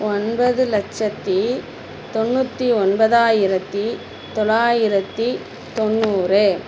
ஒன்பது லட்சத்தி தொண்ணூற்றி ஒன்பதாயிரத்தி தொள்ளாயிரத்தி தொண்ணூறு